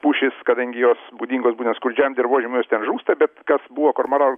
pušys kadangi jos būdingos būtent skurdžiam dirvožemiui jis ten žūsta bet kas buvo kormoranų